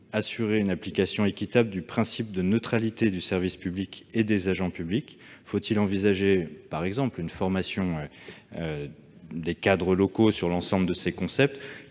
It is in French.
une application équitable du principe de neutralité du service public et des agents publics ? Faut-il envisager, par exemple, une formation des cadres locaux à l'ensemble de ces concepts ?